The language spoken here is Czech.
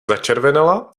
začervenala